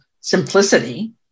simplicity